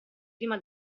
prima